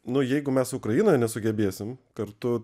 nu jeigu mes ukrainoj nesugebėsim kartu